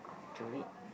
to read